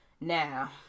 Now